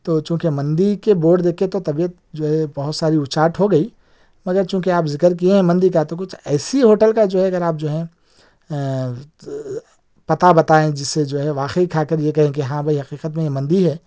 تو چونکہ مندی کے بورڈ دیکھ کے تو طبیعت جو ہے بہت ساری اچاٹ ہو گئی مگر چونکہ آپ ذکر کئے ہیں مندی کا تو کچھ ایسی ہوٹل کا جو ہے اگر آپ جو ہیں پتہ بتائیں جس سے جو ہے واقعی کھا کر یہ کہیں کہ ہاں بھائی حقیقت میں یہ مندی ہے